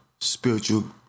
spiritual